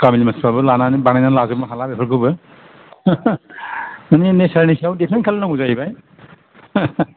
गामिनि मानसिफ्राबो लानानै बानायनानै लाजोबनो हाला बेफोरखौबो बिदिनो नेसारनि सायाव दिफेन खालाम नांगौ जाहैबाय